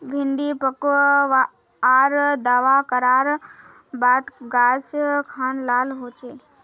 भिन्डी पुक आर दावा करार बात गाज खान लाल होए?